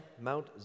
Mount